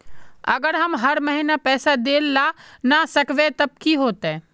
अगर हम हर महीना पैसा देल ला न सकवे तब की होते?